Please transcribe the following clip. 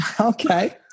Okay